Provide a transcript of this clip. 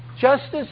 justice